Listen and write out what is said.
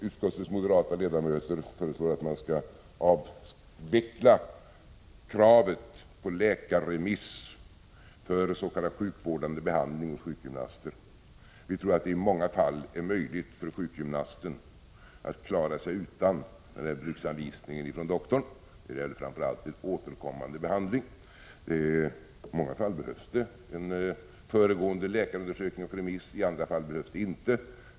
Utskottets moderata ledamöter föreslår att man skall avveckla kravet på läkarremiss för s.k. sjukvårdande behandling hos sjukgymnaster. Vi tror att det i många fall är möjligt för sjukgymnasten att klara sig utan denna bruksanvisning från doktorn — och det gäller framför allt vid återkommande behandling. I många fall behövs det föregående läkarbehandling och remiss, i andra fall behövs det inte.